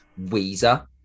Weezer